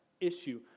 issue